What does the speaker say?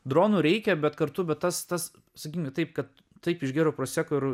dronų reikia bet kartu bet tas tas sakykim taip kad taip išgėriau proseko ir